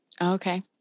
okay